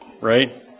right